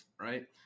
Right